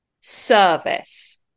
service